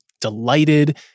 delighted